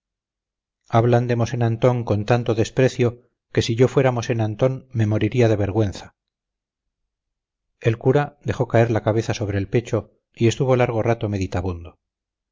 hablan de mosén antón con tanto desprecio que si yo fuera mosén antón me moriría de vergüenza el cura dejó caer la cabeza sobre el pecho y estuvo largo rato